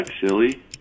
silly